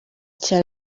cyane